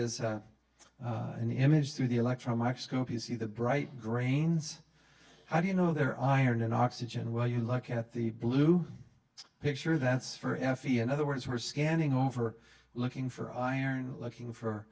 is an image through the electron microscope you see the bright grains how do you know they're iron and oxygen well you look at the blue picture that's for effie and other words for scanning over looking for iron looking for